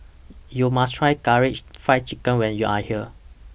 YOU must Try Karaage Fried Chicken when YOU Are here